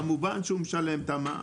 כמובן שהוא משלם את המע"מ.